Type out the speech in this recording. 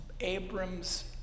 Abram's